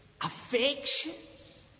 affections